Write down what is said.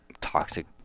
toxic